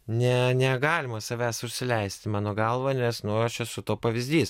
ne negalima savęs užsileisti mano galva nes nu aš esu to pavyzdys